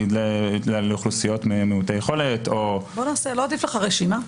לאוכלוסיות מעוטי יכולת -- לא עדיף לך רשימה?